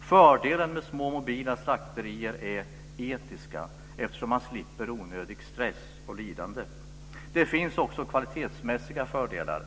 Fördelen med små och mobila slakterier är etisk, eftersom man slipper onödig stress och lidande. Det finns också kvalitetsmässiga fördelar.